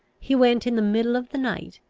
he went in the middle of the night,